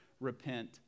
repent